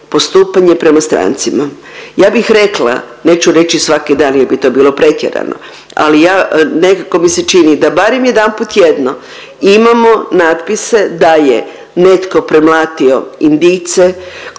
postupanje prema strancima. Ja bih rekla, neću reći svaki dan jer bi to bilo pretjerano, ali ja nekako mi se čini da barem jedanput tjedno imamo natpise da je netko premlatio Indijce,